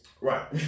Right